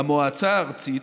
"המועצה הארצית,